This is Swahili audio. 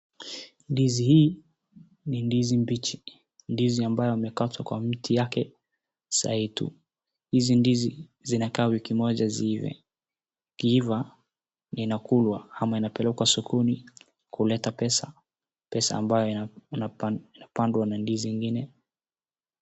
Ndizi hii ni ndizi mbichi, ni ndizi ambayo imekatwa kwa mti wake sahii tu. Hizi ndizi zinakaa wiki moja ziive, zikiiva zinakulwa ama zinapelekwa sokoni kuleta pesa, pesa ambayo inapanda na ndizi ingine.